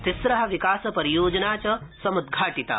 तिस्र विकास परियोजना च समुद्धाटिता